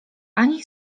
ani